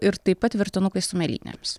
ir taip pat virtinukai su mėlynėmis